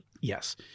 Yes